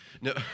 No